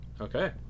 Okay